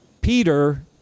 Peter